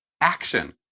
action